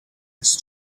his